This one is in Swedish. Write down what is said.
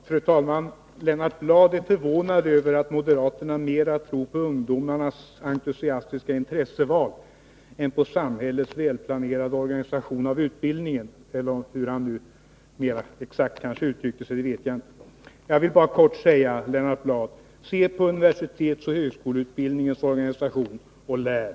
Fru talman! Lennart Bladh är förvånad över att moderaterna mera tror på ungdomarnas entusiastiska intresseval än på samhällets välplanerade organisation av utbildningen — det var ungefär vad han sade, även om han inte exakt uttryckte sig så. Jag vill bara helt kortfattat säga till Lennart Bladh: Se på universitetsoch högskoleutbildningens organisation och lär!